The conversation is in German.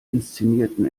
inszenierten